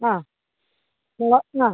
ആ ഇല്ല അ